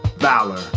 Valor